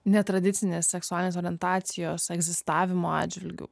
netradicinės seksualinės orientacijos egzistavimo atžvilgiu